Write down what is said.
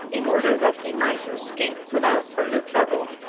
in order that he might escape without further trouble,